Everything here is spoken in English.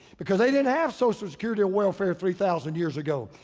because they didn't have social security or welfare three thousand years ago.